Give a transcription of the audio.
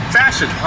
fashion